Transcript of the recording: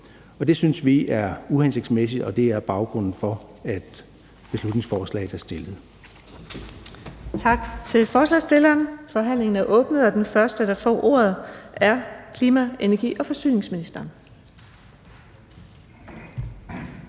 Det synes vi er uhensigtsmæssigt, og det er baggrunden for, at beslutningsforslaget er fremsat.